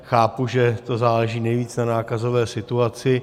Chápu, že to záleží nejvíce na nákazové situaci.